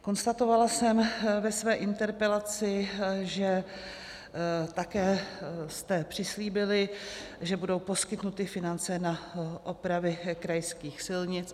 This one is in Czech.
Konstatovala jsem ve své interpelaci, že jste také přislíbili, že budou poskytnuty finance na opravy krajských silnic.